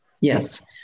Yes